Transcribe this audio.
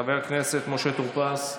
חבר הכנסת משה טור פז,